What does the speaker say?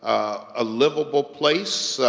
a livable place,